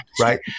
Right